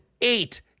eight